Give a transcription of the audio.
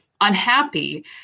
unhappy